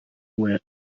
were